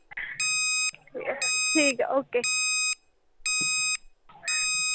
ठीक ऐ ओके